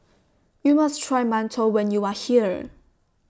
YOU must Try mantou when YOU Are here